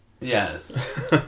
Yes